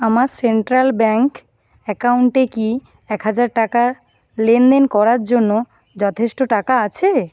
আমার central bank অ্যাকাউন্টে কি এক হাজার টাকার লেনদেন করার জন্য যথেষ্ট টাকা আছে